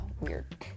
weird